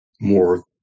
more